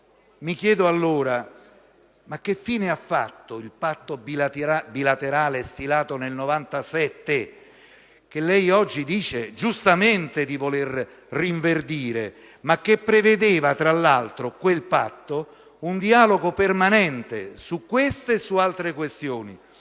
Mi chiedo allora che fine ha fatto il patto bilaterale stilato nel 1997, che lei oggi dice giustamente di voler rinverdire, che prevedeva, tra l'altro, un dialogo permanente su queste e su altre questioni,